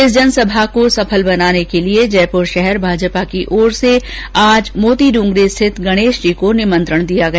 इस जनसभा को सफल बनाने के लिए जयपुर शहर भाजपा की ओर से आज मोतीडूंगरी स्थित गणेश जी को निमंत्रण दिया गया